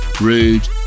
Rude